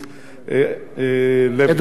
אדמונד לוי.